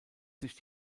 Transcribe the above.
sich